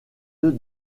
deux